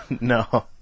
No